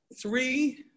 three